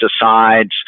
decides